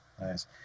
Nice